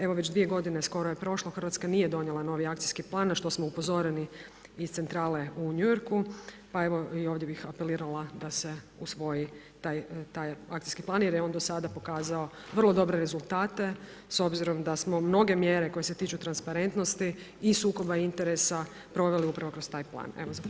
Evo već 2 g. skoro je prošlo, Hrvatska nije donijela novi akcijski plan na što smo upozoreni iz centrale u New Yorku pa evo i ovdje bih apelirala da se usvoji taj akcijski plan jer je on dosada pokazao vrlo dobre rezultate s obzirom da smo mnoge mjere koje se tiču transparentnosti i sukoba interesa, proveli upravo kroz taj plan.